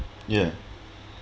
yeah